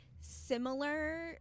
Similar